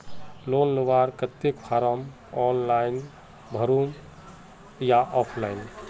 Loan लुबार केते form online भरुम ने ऑफलाइन?